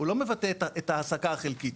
הוא לא מבטא את ההעסקה החלקית.